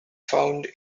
found